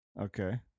Okay